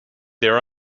their